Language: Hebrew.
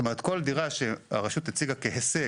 זאת אומרת כל דירה שהרשות הציגה כהישג